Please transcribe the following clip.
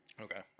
Okay